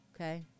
Okay